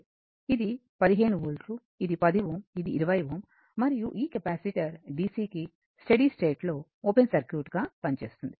ఇది 15 వోల్ట్లు ఇది 10 Ω ఇది 20 Ω మరియు ఈ కెపాసిటర్ DC కి స్టడీ స్టేట్ లో ఓపెన్ సర్క్యూట్గా పనిచేస్తోంది